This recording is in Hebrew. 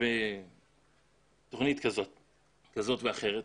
בתוכנית כזאת ואחרת,